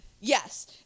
yes